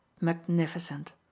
Magnificent